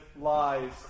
lies